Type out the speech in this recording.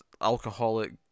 alcoholic